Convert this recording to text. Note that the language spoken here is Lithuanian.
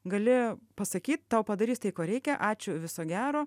gali pasakyt tau padarys tai ko reikia ačiū viso gero